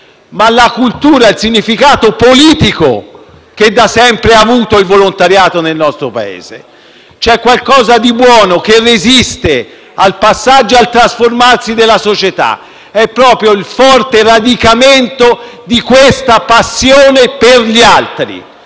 ma la cultura e il significato politico che da sempre il volontariato ha avuto nel nostro Paese. C'è qualcosa di buono che resiste al passaggio e al trasformarsi della società ed è proprio il forte radicamento di questa passione per gli altri: